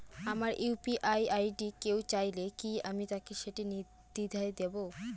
আমার UPI ID কেউ চাইলে কি আমি তাকে সেটি নির্দ্বিধায় দেব?